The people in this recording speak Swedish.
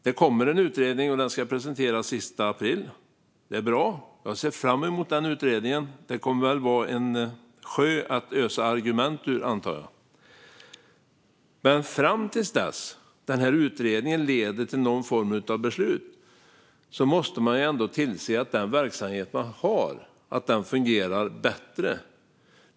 Det kommer en utredning som ska presenteras den 30 april. Det är bra. Jag ser fram emot den utredningen; den kommer väl att vara en sjö att ösa argument ur, antar jag. Men fram till dess att utredningen leder till någon form av beslut måste man ändå se till att den verksamhet man har fungerar bättre.